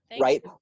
right